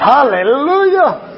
Hallelujah